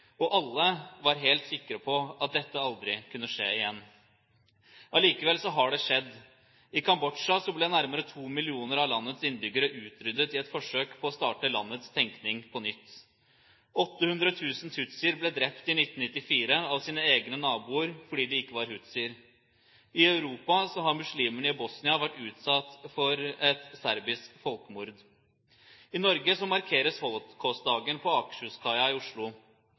og alle var helt sikre på at dette aldri kunne skje igjen. Allikevel har det skjedd. I Kambodsja ble nærmere to millioner av landets innbyggere utryddet i et forsøk på å starte landets tenkning på nytt. 800 000 tutsier ble drept i 1994 av sine egne naboer, fordi de ikke var hutsier. I Europa har muslimene i Bosnia vært utsatt for et serbisk folkemord. I Norge markeres holocaustdagen på Akershuskaia i Oslo.